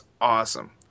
awesome